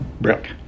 brick